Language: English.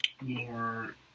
more